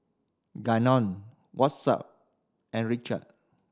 Gannon Watson and Richie